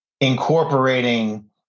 incorporating